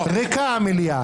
ריקה המליאה.